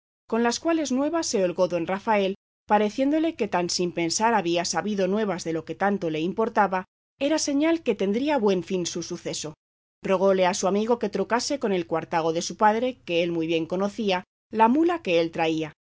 con las cuales nuevas se holgó don rafael pareciéndole que pues tan sin pensar había sabido nuevas de lo que tanto le importaba era señal que tendría buen fin su suceso rogóle a su amigo que trocase con el cuartago de su padre que él muy bien conocía la mula que él traía